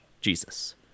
Jesus